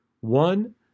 one